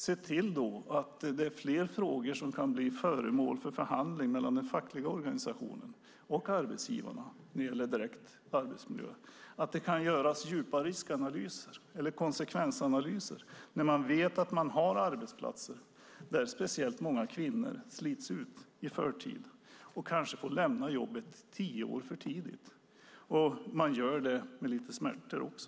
Se då till att fler frågor kan bli föremål för förhandling mellan den fackliga organisationen och arbetsgivarna när det gäller arbetsmiljön och att det kan göras djupa riskanalyser eller konsekvensanalyser. Vi vet att det finns arbetsplatser där speciellt många kvinnor slits ut i förtid och kanske får lämna jobbet tio år för tidigt, och man gör det med lite smärtor också.